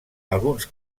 alguns